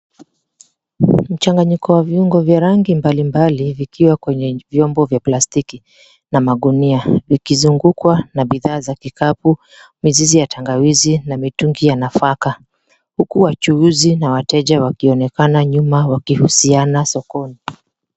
Mchanganyiko wa viungo vya rangi mbalimbali vikiwa kwenye vyombo vya plastiki na magunia, vikizungukwa na bidhaa za kikapu, mizizi ya tangawizi na mitungi ya nafaka, huku wachuuzi na wateja wakionekana nyuma wakihusiana sokoni.